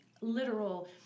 literal